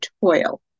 toil